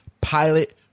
pilot